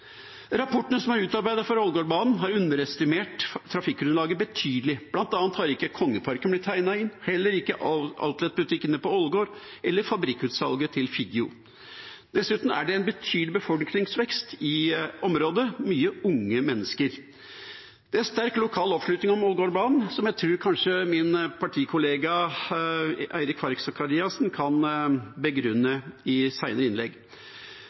Rapportene som er utarbeidet for Ålgårdbanen, har underestimert trafikkgrunnlaget betydelig. Blant annet har ikke Kongeparken blitt tegnet inn, heller ikke outletbutikkene på Ålgård eller fabrikkutsalget til Figgjo. Dessuten er det en betydelig befolkningsvekst i området og mange unge mennesker. Det er sterk lokal oppslutning om Ålgårdbanen, noe jeg kanskje tror min partikollega Eirik Faret Sakariassen kan begrunne i senere innlegg.